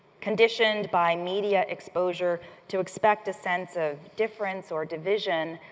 conditioned by media exposure to expect a sense of difference or division,